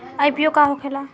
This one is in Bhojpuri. आई.पी.ओ का होखेला?